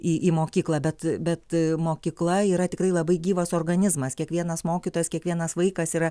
į į mokyklą bet bet mokykla yra tikrai labai gyvas organizmas kiekvienas mokytojas kiekvienas vaikas yra